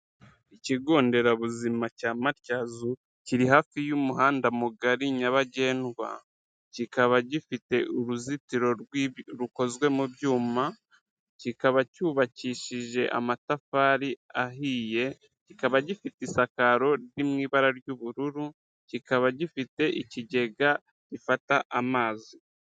Ikigo nderabuzima cya Matyazo kiri hafi y'umuhanda mugari nyabagendwa, kikaba gifite uruzitiro rukozwe mu byuma, kikaba cyubakishije amatafari ahiye, kikaba gifite isakaro riri mu ibara ry'ubururu, kikaba gifite ikigega gifata amazi,